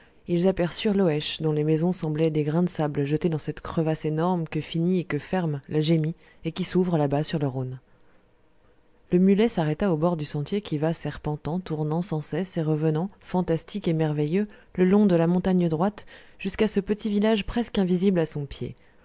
ils aperçurent loëche dont les maisons semblaient des grains de sable jetés dans cette crevasse énorme que finit et que ferme la gemmi et qui s'ouvre là-bas sur le rhône le mulet s'arrêta au bord du sentier qui va serpentant tournant sans cesse et revenant fantastique et merveilleux le long de la montagne droite jusqu'à ce petit village presque invisible à son pied